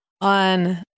on